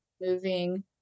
moving